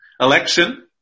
election